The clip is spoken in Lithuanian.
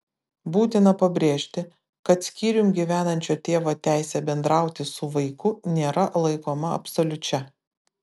būtina pabrėžti kad skyrium gyvenančio tėvo teisė bendrauti su vaiku nėra laikoma absoliučia